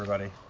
everybody!